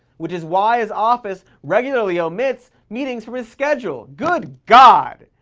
which is why his office regularly omits meetings from his schedule. good god!